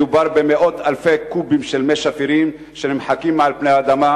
מדובר במאות אלפי קובים של מים שפירים שנמחקים מעל פני האדמה,